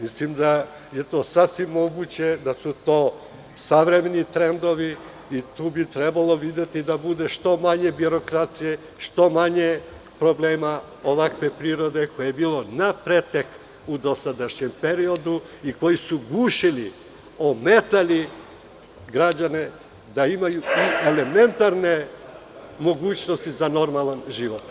Mislim da je to sasvim moguće da su to savremeni trendovi i tu bi trebalo videti da bude što manje birokracije, što manje problema ovakve prirode kojih je bilo na pretek u dosadašnjem periodu i koji su gušili, ometali građane da imaju tu elementarne mogućnosti za normalan život.